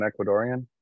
Ecuadorian